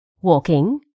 walking